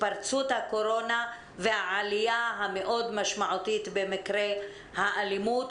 התפרצות הקורונה והעלייה המשמעותית מאוד במקרי האלימות,